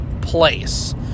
place